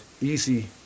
easy